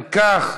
אם כך,